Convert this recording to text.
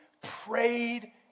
prayed